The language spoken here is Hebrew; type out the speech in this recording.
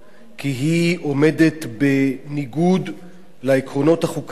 כי היא עומדת בניגוד לעקרונות החוקתיים